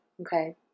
Okay